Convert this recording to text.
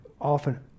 often